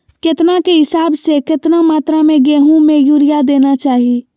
केतना के हिसाब से, कितना मात्रा में गेहूं में यूरिया देना चाही?